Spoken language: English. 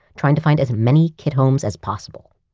trying to find as many kit homes as possible.